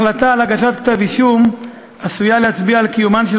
החלטה על הגשת כתב אישום עשויה להצביע על קיומן של